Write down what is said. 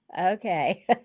Okay